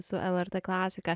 su el er t klasika